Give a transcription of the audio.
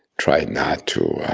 tried not to